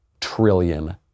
trillion